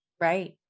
Right